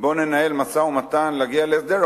"בוא ננהל משא-ומתן להגיע להסדר,